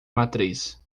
matriz